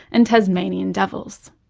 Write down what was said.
and tasmanian devils.